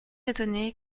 étonné